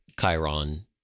Chiron